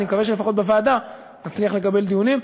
אני מקווה שלפחות בוועדה נצליח לקדם דיונים.